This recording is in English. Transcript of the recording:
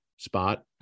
spot